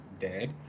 dead